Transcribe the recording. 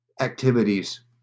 activities